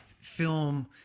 film